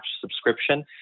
subscription